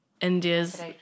India's